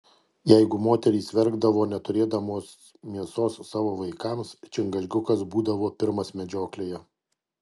jeigu moterys verkdavo neturėdamos mėsos savo vaikams čingačgukas būdavo pirmas medžioklėje